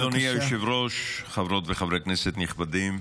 אדוני היושב-ראש, חברות וחברי כנסת נכבדים,